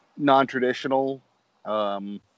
non-traditional